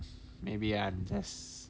maybe ah I am just